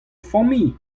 familh